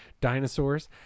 dinosaurs